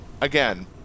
again